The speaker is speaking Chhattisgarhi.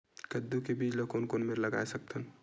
कददू के बीज ला कोन कोन मेर लगय सकथन?